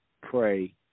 pray